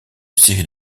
série